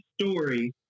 story